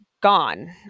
gone